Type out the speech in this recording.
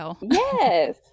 yes